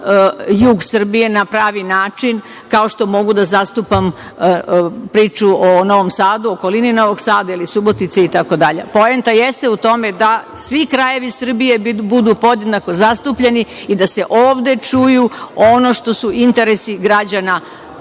jug Srbije na pravi način, kao što mogu da zastupam priču o Novom Sadu, okolini Novog Sada ili Subotice itd. Poenta jeste u tome da svi krajevi Srbije budu podjednako zastupljeni i da se ovde čuje ono što su interesi građana